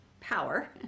power